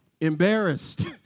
embarrassed